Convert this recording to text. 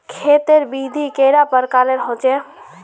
खेत तेर विधि कैडा प्रकारेर होचे?